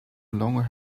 longer